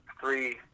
three